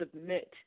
submit